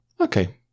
Okay